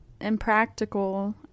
Impractical